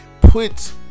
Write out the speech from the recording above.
put